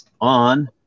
on